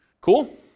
Cool